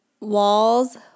walls